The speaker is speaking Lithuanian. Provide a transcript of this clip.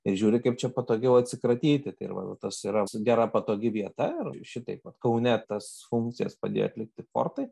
ir žiūri kaip čia patogiau atsikratyti tai ir va tas yra gera patogi vieta ir šitaip vat kaune tas funkcijas padėjo atlikti fortai